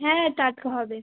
হ্যাঁ টাটকা হবে